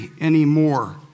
anymore